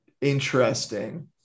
interesting